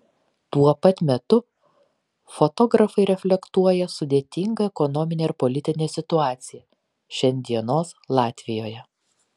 tuo pat metu fotografai reflektuoja sudėtingą ekonominę ir politinę situaciją šiandienos latvijoje